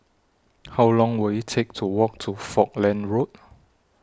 How Long Will IT Take to Walk to Falkland Road